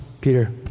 Peter